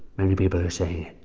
many people are saying it.